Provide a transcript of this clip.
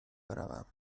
بروم